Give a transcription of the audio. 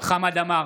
חמד עמאר,